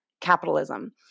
Capitalism